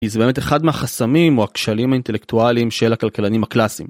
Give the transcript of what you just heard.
כי זה באמת אחד מהחסמים או הכשלים האינטלקטואליים של הכלכלנים הקלאסיים.